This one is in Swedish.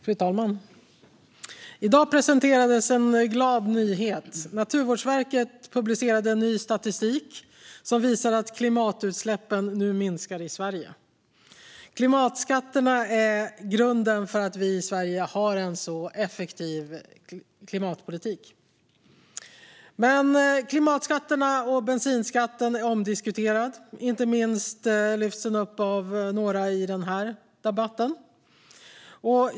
Fru talman! I dag presenterades en glad nyhet. Naturvårdsverket publicerade ny statistik som visar att klimatutsläppen nu minskar i Sverige. Klimatskatterna är grunden för att vi i Sverige har en så effektiv klimatpolitik. Men klimatskatterna och bensinskatten är omdiskuterade, inte minst lyfts de upp av några i den här debatten.